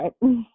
right